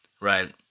right